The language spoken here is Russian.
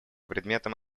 предметным